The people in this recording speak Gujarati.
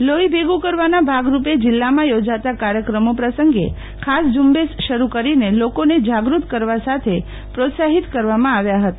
લોહી ભેગું કરવાના ભાગરૂપે જીલ્લામાં ચોજાતા કાર્યક્રમો પ્રસંગે ખાસ ઝંબેશ શરૂકરીને લોકોને જાગુત કરેવા સાથે પ્રોત્સાહિત કરવામાં આવ્યા હતા